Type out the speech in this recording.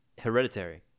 Hereditary